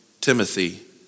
Timothy